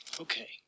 Okay